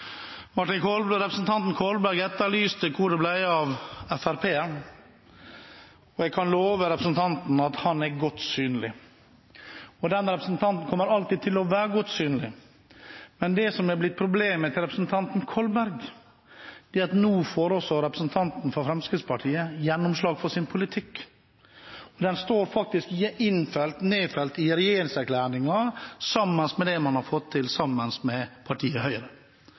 Representanten Kolberg etterlyste hvor det ble av FrP-eren. Jeg kan love representanten at han er godt synlig. Den representanten kommer alltid til å være godt synlig. Men det som har blitt problemet til representanten Kolberg, er at nå får også representanten fra Fremskrittspartiet gjennomslag for sin politikk – den står faktisk nedfelt i regjeringserklæringen, sammen med det en har fått til sammen med partiet Høyre.